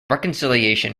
reconciliation